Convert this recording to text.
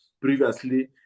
previously